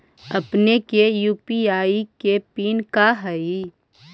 अपने के यू.पी.आई के पिन का हई